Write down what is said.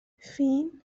فین